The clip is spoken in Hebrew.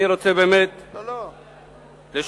אני רוצה באמת לשתף